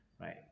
right